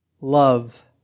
Love